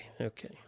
Okay